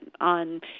on